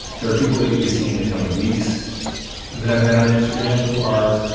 there are people that you'll be seeing in the coming weeks that i've met on instagram, who are